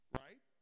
right